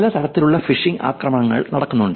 പല തരത്തിലുള്ള ഫിഷിംഗ് ആക്രമണങ്ങൾ നടക്കുന്നുണ്ട്